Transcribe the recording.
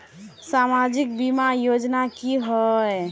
सामाजिक बीमा योजना की होय?